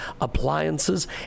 appliances